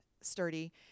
Sturdy